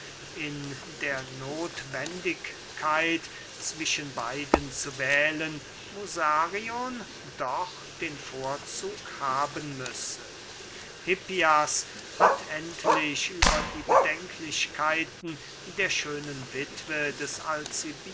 in der nothwendigkeit zwischen beiden zu wählen musarion doch den vorzug haben müsse hippias hat endlich über die bedenklichkeiten der schönen wittwe des